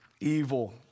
evil